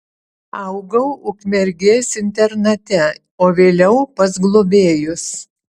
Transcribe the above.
augau ukmergės internate o vėliau pas globėjus